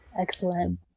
excellent